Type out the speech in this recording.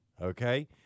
Okay